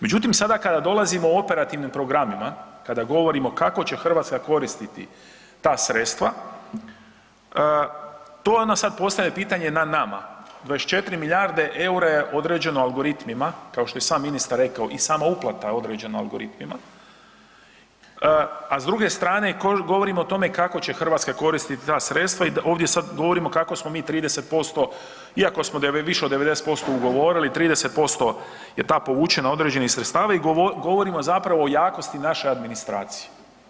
Međutim sada kada dolazimo u operativnim programima, kada govorimo kako će Hrvatska koristiti ta sredstva, to je ono sad postavljeno pitanje na nama, 24 milijarde EUR-a je određeno algoritmima, kao što je i sam ministar rekao i sama uplata je određena algoritmima, a s druge strane govorimo o tome kako će Hrvatska koristit ta sredstva i ovdje sad govorimo kako smo mi 30%, iako smo više od 90% ugovorili, 30% je ta povučena određenih sredstava i govorimo zapravo o jakosti naše administracije.